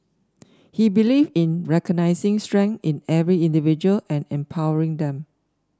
he believe in recognising strength in every individual and empowering them